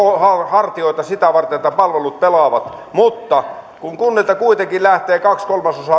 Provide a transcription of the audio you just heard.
hartioita sitä varten että palvelut pelaavat mutta kun kunnilta kuitenkin lähtee kaksi